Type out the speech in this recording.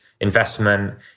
investment